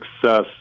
success